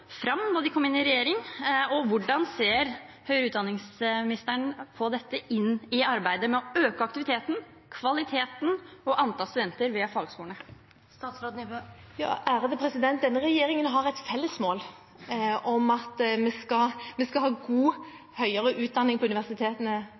fram da de kom inn i regjering? Og hvordan ser høyere utdanningsministeren på dette inn i arbeidet med å øke aktiviteten, kvaliteten og antall studenter ved fagskolene? Denne regjeringen har et felles mål om at vi skal ha god høyere utdanning på universitetene og høyskolene våre, men vi skal også ha god